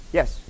Yes